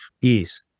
Yes